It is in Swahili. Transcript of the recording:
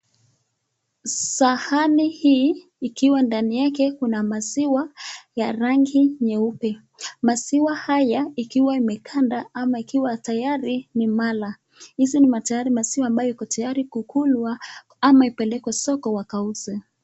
Sahani hii ikiwa ndani yake kuna maziwa ya rangi nyeupe ikiwa imeganda tayari ni mara. Iko tayari kukulwa ama ipelekwe soko wakauzwe.